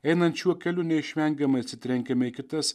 einant šiuo keliu neišvengiamai atsitrenkiame į kitas